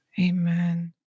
amen